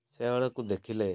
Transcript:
ସେ ବେଳକୁ ଦେଖିଲେ